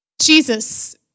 Jesus